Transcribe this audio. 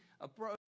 approach